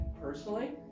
personally